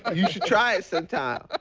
ah you should try it sometime.